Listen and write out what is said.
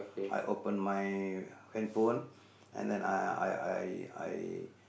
I open my handphone and then I I I I